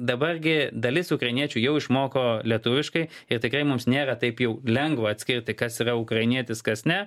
dabar gi dalis ukrainiečių jau išmoko lietuviškai ir tikrai mums nėra taip jau lengva atskirt kas yra ukrainietis kas ne